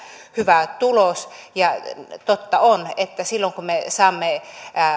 hyvä tulos ja totta on että silloin kun me saamme